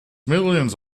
millions